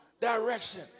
direction